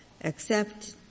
except-